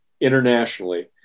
internationally